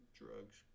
drugs